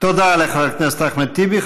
תודה לחבר הכנסת אחמד טיבי.